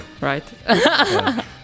Right